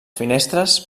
finestres